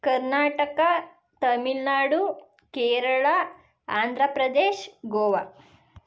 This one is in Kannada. ಕರ್ನಾಟಕ ತಮಿಳ್ ನಾಡು ಕೇರಳ ಆಂಧ್ರ ಪ್ರದೇಶ್ ಗೋವಾ